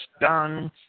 done